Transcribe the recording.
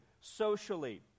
socially